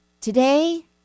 Today